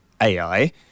AI